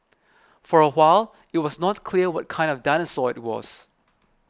for a while it was not clear what kind of dinosaur it was